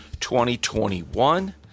2021